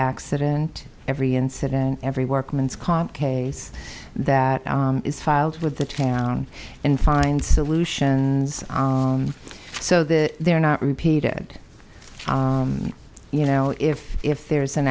accident every incident every workman's comp case that is filed with the town and find solutions so that they're not repeated you know if if there's an